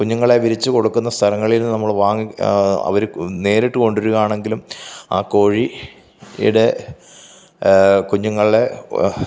കുഞ്ഞുങ്ങളെ വിരിച്ച് കൊടുക്കുന്ന സ്ഥലങ്ങളിൽ നിന്ന് നമ്മൾ വാങ്ങി അവര് നേരിട്ട് കൊണ്ടുവരുകയാണെങ്കിലും ആ കോഴി ഇടെ കുഞ്ഞുങ്ങള്